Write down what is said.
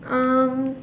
um